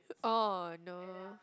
ah no